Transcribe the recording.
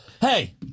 Hey